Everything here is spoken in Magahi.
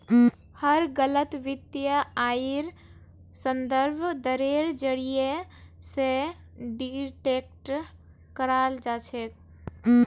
हर गलत वित्तीय आइर संदर्भ दरेर जरीये स डिटेक्ट कराल जा छेक